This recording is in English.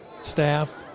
staff